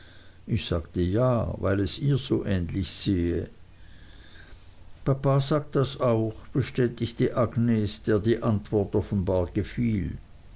ich sagte ja weil es ihr so ähnlich sähe papa sagt das auch bestätigte agnes der die antwort offenbar gefiel